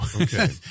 Okay